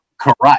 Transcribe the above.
correct